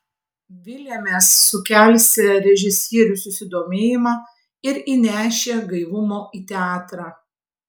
vylėmės sukelsią režisierių susidomėjimą ir įnešią gaivumo į teatrą